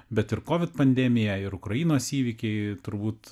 bet ir covid pandemija ir ukrainos įvykiai turbūt